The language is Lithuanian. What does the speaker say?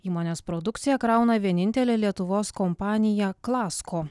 įmonės produkciją krauna vienintelė lietuvos kompanija klasko